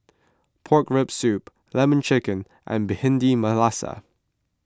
Pork Rib Soup Lemon Chicken and Bhindi Masala